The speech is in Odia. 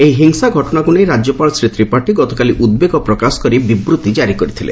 ଏହି ହିଂସା ଘଟଣାକୁ ନେଇ ରାଜ୍ୟପାଳ ଶ୍ରୀ ତ୍ରିପାଠୀ ଗତକାଲି ଉଦ୍ବେଗ ପ୍ରକାଶ କରି ବିବୃତ୍ତି କାରି କରିଥିଲେ